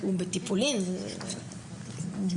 הוא בטיפולים, זה טיפולים קשים.